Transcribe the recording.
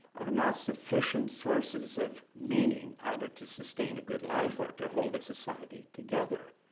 are not sufficient sources of meaning either to sustain a good life or to hold the society together.